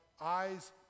eyes